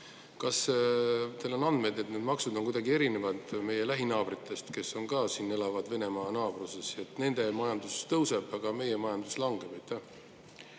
Kas teil on andmeid, et need maksud on kuidagi erinevad meie lähinaabritel, kes elavad ka siin Venemaa naabruses? Nende majandus tõuseb, aga meie majandus langeb.